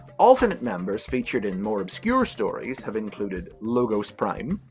alternate members featured in more obscure stories have included logos prime,